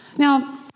Now